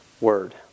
word